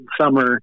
summer